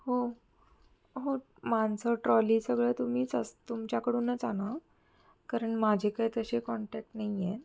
हो हो माणसं ट्रॉली सगळं तुम्हीच अस तुमच्याकडूनच आणा कारण माझे काय तसे कॉन्टॅक्ट नाही आहे